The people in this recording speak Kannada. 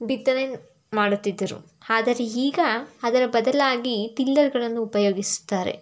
ಬಿತ್ತನೆ ಮಾಡುತ್ತಿದ್ದರು ಆದರೆ ಈಗ ಅದರ ಬದಲಾಗಿ ಟಿಲ್ಲರ್ಗಳನ್ನು ಉಪಯೋಗಿಸುತ್ತಾರೆ